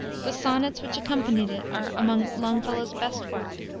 the sonnets which accompanied it are among longfellow's best work.